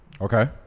Okay